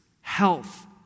health